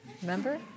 Remember